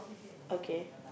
okay